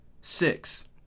six